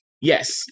Yes